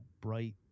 bright